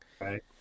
right